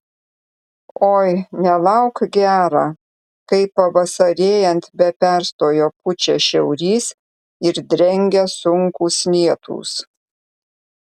oi nelauk gera kai pavasarėjant be perstojo pučia šiaurys ir drengia sunkūs lietūs